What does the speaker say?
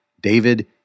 David